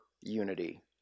unity